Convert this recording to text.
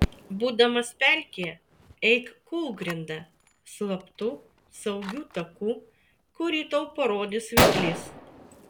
būdamas pelkėje eik kūlgrinda slaptu saugiu taku kurį tau parodys vedlys